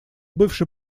бывший